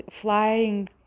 flying